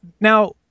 now